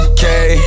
Okay